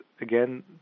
again